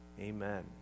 Amen